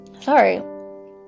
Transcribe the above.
sorry